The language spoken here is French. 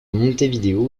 montevideo